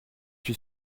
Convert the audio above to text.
suis